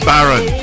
Baron